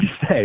say